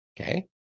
Okay